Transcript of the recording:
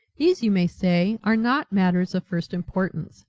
these, you may say, are not matters of first importance,